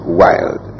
wild